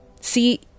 See